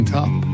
top